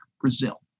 Brazil